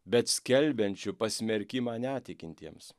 bet skelbiančiu pasmerkimą netikintiems